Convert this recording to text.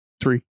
three